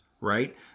right